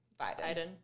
Biden